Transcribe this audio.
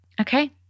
Okay